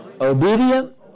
Obedient